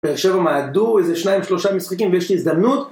שבע מהדור, איזה שניים שלושה משחקים ויש לי הזדמנות.